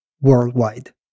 worldwide